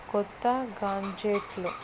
కొత్త గాడ్జెట్లు